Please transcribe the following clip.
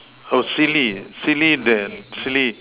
oh silly silly the silly